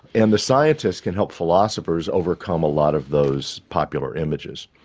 and the scientists can help philosophers overcome a lot of those popular images.